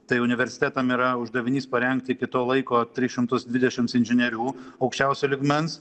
tai universitetam yra uždavinys parengti iki to laiko tris šimtus dvidešims inžinierių aukščiausio lygmens